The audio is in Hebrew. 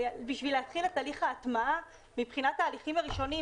תהליך ההטמעה מבחינת ההליכים הראשוניים,